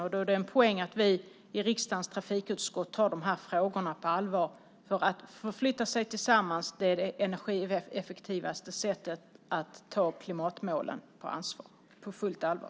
Då är det en poäng att vi i riksdagens trafikutskott tar de här frågorna på allvar, för att förflytta sig tillsammans är det energieffektivaste sättet att ta klimatmålen på fullt allvar.